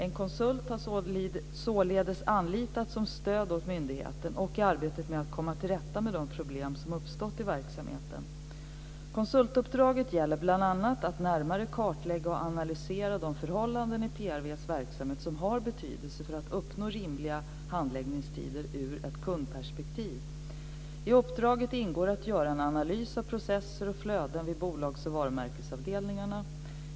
En konsult har således anlitats som stöd åt myndigheten i arbetet med att komma till rätta med de problem som uppstått i verksamheten. Konsultuppdraget gäller bl.a. att närmare kartlägga och analysera de förhållanden i PRV:s verksamhet som har betydelse för att uppnå rimliga handläggningstider ur ett kundperspektiv. I uppdraget ingår att göra en analys av processer och flöden vid bolagsoch varumärkesavdelningarna.